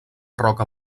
roca